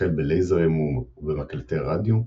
החל בלייזרים ובמקלטי רדיו,